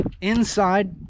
inside